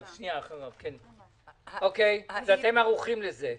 אז אתם ערוכים לזה?